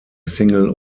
single